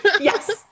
Yes